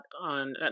on